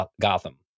Gotham